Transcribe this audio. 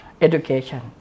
education